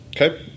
Okay